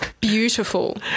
Beautiful